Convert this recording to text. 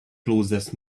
closest